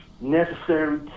necessary